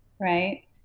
right